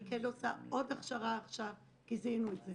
אני כן עושה עוד הכשרה עכשיו כי זיהינו את זה.